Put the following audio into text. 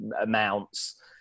amounts